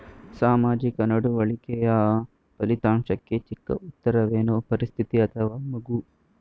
ಸಾಮಾಜಿಕ ನಡವಳಿಕೆಯ ಫಲಿತಾಂಶಕ್ಕೆ ಚಿಕ್ಕ ಉತ್ತರವೇನು? ಪರಿಸ್ಥಿತಿ ಅಥವಾ ಮಗು?